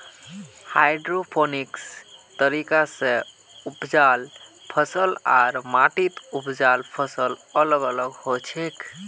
hydroponics तरीका स उपजाल फसल आर माटीत उपजाल फसल अलग अलग हछेक